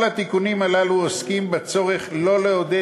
כל התיקונים הללו עוסקים בצורך שלא לעודד